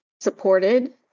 supported